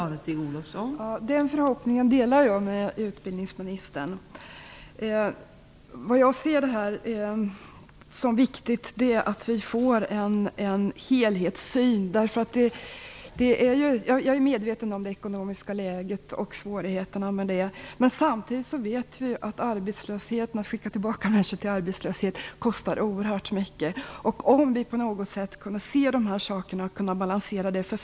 Fru talman! Den förhoppningen delar jag med utbildningsministern. Vad jag ser som viktigt är att vi får en helhetssyn. Jag är medveten om svårigheterna i det ekonomiska läget, men samtidigt vet vi att det kostar oerhört mycket att skicka tillbaka människor till arbetslöshet. Det vore värdefullt om vi på något sätt kunde balansera dessa faktorer mot varandra.